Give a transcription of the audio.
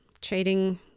trading